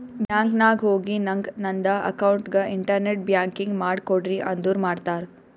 bank ನಾಗ್ ಹೋಗಿ ನಂಗ್ ನಂದ ಅಕೌಂಟ್ಗ ಇಂಟರ್ನೆಟ್ ಬ್ಯಾಂಕಿಂಗ್ ಮಾಡ್ ಕೊಡ್ರಿ ಅಂದುರ್ ಮಾಡ್ತಾರ್